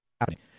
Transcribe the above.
happening